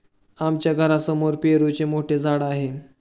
आमच्या घरासमोर पेरूचे मोठे झाड आहे